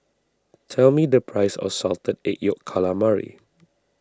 tell me the price of Salted Egg Yolk Calamari